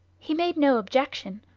he made no objection,